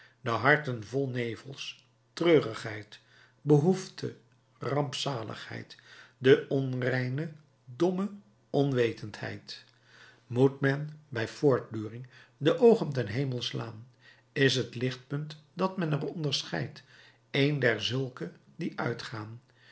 de harten vol nevels treurigheid behoefte rampzaligheid de onreine domme onwetendheid moet men bij voortduring de oogen ten hemel slaan is het lichtpunt dat men er onderscheidt een derzulke die uitgaan